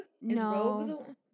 no